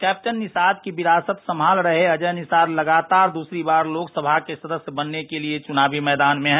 captain Nishad की विरासत संभाल रहे अजय निषाद लगातार दूसरी बार लोक सभा के सदस्य बनने के लिए चुनावी मैदान में हैं